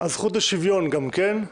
הזכות לשוויון גם כן,